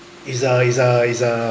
it's a it's a it's a